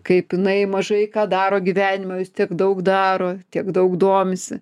kaip jinai mažai ką daro gyvenime o jis tiek daug daro tiek daug domisi